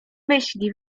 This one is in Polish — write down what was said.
myśli